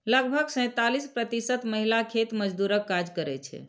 लगभग सैंतालिस प्रतिशत महिला खेत मजदूरक काज करै छै